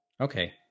Okay